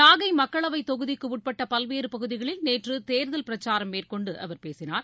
நாகை மக்களவை தொகுதிக்குட்பட்ட பல்வேறு பகுதிகளில் நேற்று தேர்தல் பிரச்சாரம் மேற்கொண்டு அவர் பேசினார்